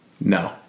No